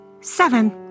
Seven